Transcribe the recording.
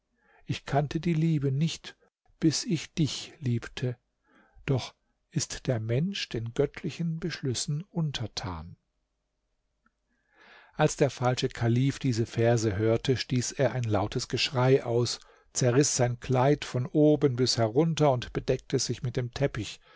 ich kannte die liebe nicht bis ich dich liebte doch ist der mensch den göttlichen beschlüssen untertan als der falsche kalif diese verse hörte stieß er ein lautes geschrei aus zerriß sein kleid von oben bis herunter und bedeckte sich mit dem teppich